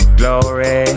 glory